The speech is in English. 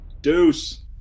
deuce